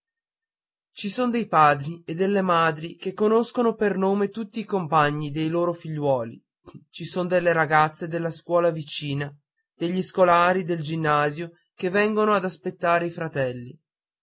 ci son dei padri e delle madri che conoscono per nome tutti i compagni dei loro figliuoli ci son delle ragazze della scuola vicina degli scolari del ginnasio che vengono a aspettare i fratelli